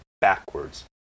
backwards